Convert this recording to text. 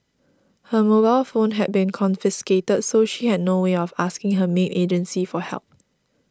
her mobile phone had been confiscated so she had no way of asking her maid agency for help